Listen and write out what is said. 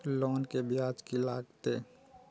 Loan के ब्याज की लागते?